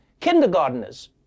Kindergarteners